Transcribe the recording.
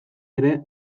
ere